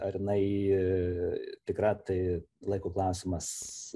ar jinai tikra tai laiko klausimas